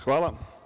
Hvala.